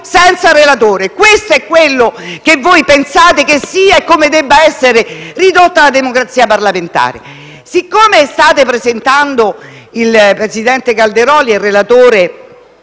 senza relatore. Questo è quello che voi pensate che sia - e come debba essere ridotta - la democrazia parlamentare! Siccome il presidente Calderoli è relatore